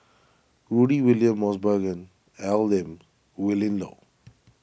Rudy William Mosbergen Al Lim Willin Low